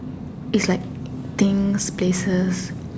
is like things places